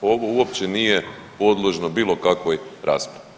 Ovo uopće nije podložno bilo kakvoj raspravi.